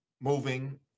moving